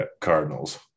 Cardinals